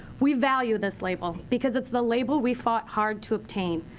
we value this label, because it's the label we fought hard to attain.